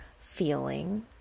feeling